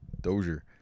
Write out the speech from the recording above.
Dozier